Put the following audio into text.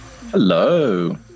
Hello